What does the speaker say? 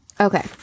Okay